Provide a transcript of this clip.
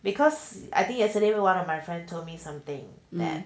because I think yesterday will one of my friend told me something that